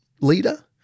leader